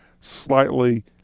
slightly